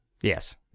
yes